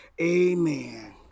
Amen